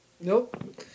Nope